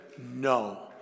no